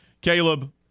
Caleb